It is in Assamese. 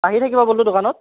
আহি থাকিব বোলো দোকানত